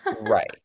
Right